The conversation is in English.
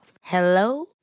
Hello